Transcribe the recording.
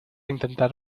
intentar